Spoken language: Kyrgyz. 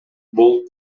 болуп